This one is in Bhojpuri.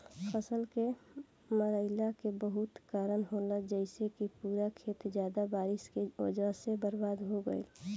फसल के मरईला के बहुत कारन होला जइसे कि पूरा खेत ज्यादा बारिश के वजह से बर्बाद हो गईल